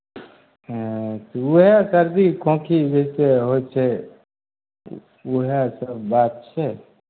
उएह सर्दी खोँखी बेसी होइ छै उएहसभ बात छै